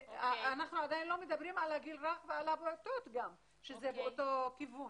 אנחנו עדין לא מדברים על --- שזה באותו כיוון.